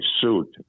suit